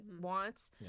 wants